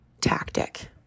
tactic